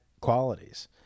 qualities